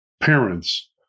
parents